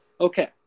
Okay